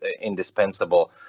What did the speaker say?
indispensable